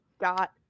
got